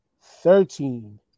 Thirteen